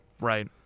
Right